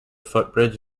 footbridge